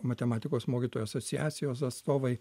matematikos mokytojų asociacijos atstovai